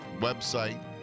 Website